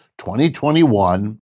2021